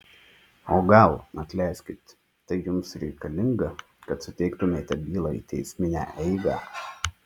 o gal atleiskit tai jums reikalinga kad suteiktumėte bylai teisminę eigą